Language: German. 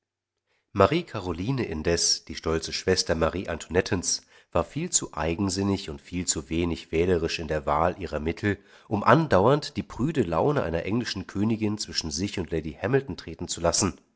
marie karoline indes die stolze schwester marie antoinettens war viel zu eigensinnig und viel zu wenig wählerisch in der wahl ihrer mittel um andauernd die prüde laune einer englischen königin zwischen sich und lady hamilton treten zu lassen